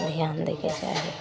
धिआन दैके चाही